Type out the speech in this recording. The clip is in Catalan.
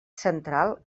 central